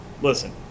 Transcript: Listen